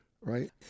Right